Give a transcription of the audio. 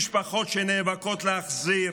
משפחות שנאבקות להחזיר